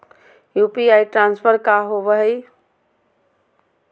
UPI transfer का होव हई?